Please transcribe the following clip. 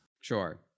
Sure